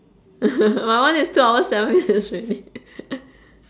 my one is two hours seven minutes already